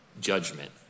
Judgment